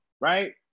right